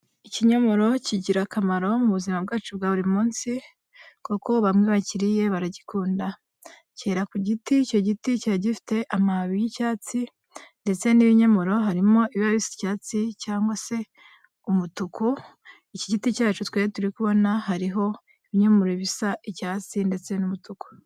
Ikinyomoro kigira akamaro mu buzima bwacu bwa buri munsi kuko bamwe bakiriye baragikunda, kera ku giti, icyo giti kibari gifite amababi y'icyatsi ndetse n'ibinyomoro harimo ibiba bisa icyatsi cyangwa se umutuku, iki giti cyacu twe turi kubona hariho ibyomoro bisa icyatsi ndetse n'umutuku.